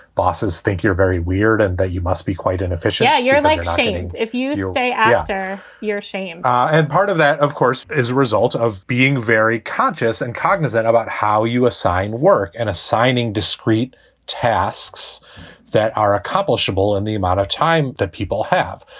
bosses think you're very weird and that you must be quite inefficient you're like saying if you day after your shame ah and part of that, of course, is a result of being very conscious and cognizant about how you assign work and assigning discrete tasks that are accomplishable and the amount of time that people have.